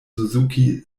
suzuki